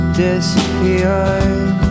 disappeared